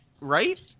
right